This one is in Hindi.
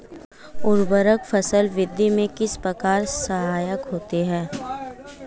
उर्वरक फसल वृद्धि में किस प्रकार सहायक होते हैं?